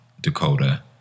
dakota